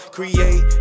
Create